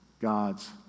God's